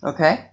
Okay